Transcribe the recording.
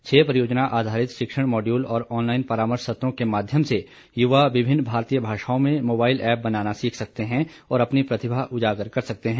छह परियोजना आधारित शिक्षण मॉड्यूल और ऑनलाइन परामर्श सत्रों के माध्यम से यूवा विभिन्न भारतीय भाषाओं में मोबाइल ऐप बनाना सीख सकते हैं और अपनी प्रतिभा उजागर कर सकते हैं